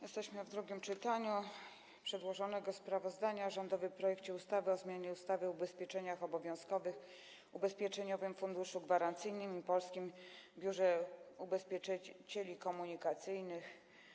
Jesteśmy w trakcie drugiego czytania przedłożonego sprawozdania o rządowym projekcie ustawy o zmianie ustawy o ubezpieczeniach obowiązkowych, Ubezpieczeniowym Funduszu Gwarancyjnym i Polskim Biurze Ubezpieczycieli Komunikacyjnych.